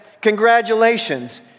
congratulations